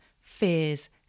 fears